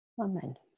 Amen